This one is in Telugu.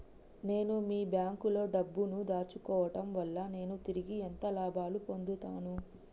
నేను మీ బ్యాంకులో డబ్బు ను దాచుకోవటం వల్ల నేను తిరిగి ఎంత లాభాలు పొందుతాను?